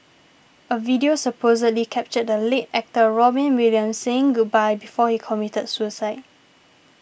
a video supposedly captured the late actor Robin Williams saying goodbye before he committed suicide